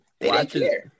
watching